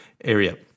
area